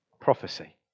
Prophecy